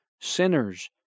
sinners